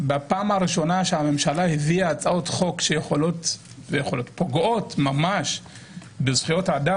בפעם הראשונה שהממשלה הביאה הצעות חוק שפוגעות ממש בזכויות אדם,